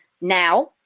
now